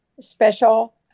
special